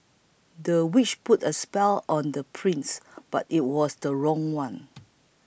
the witch put a spell on the prince but it was the wrong one